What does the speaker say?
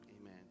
Amen